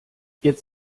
jetzt